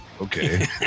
okay